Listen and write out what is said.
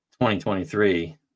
2023